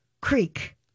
Creek